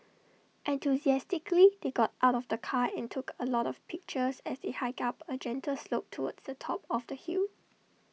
enthusiastically they got out of the car and took A lot of pictures as they hiked up A gentle slope towards the top of the hill